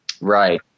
Right